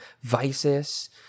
vices